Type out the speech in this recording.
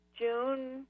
June